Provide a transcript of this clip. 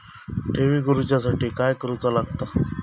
ठेवी करूच्या साठी काय करूचा लागता?